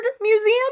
museum